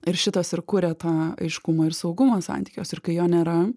ir šitas ir kuria tą aiškumą ir saugumą santykiuos ir kai jo nėra